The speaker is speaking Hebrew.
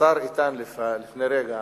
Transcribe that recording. השר איתן עמד כאן לפני רגע